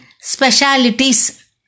specialities